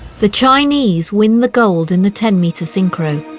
the chinese win the gold in the ten metre synchro.